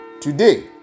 today